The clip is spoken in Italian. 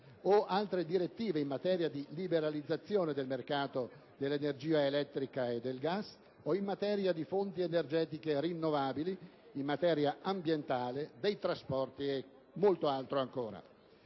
o altre direttive, in materia di liberalizzazione del mercato dell'energia elettrica e del gas, o in materia di fonti energetiche rinnovabili, in materia ambientale, dei trasporti, e molto altro ancora.